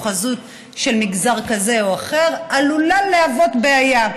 או חזות של מגזר כזה או אחר עלולה להוות בעיה.